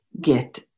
get